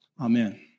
Amen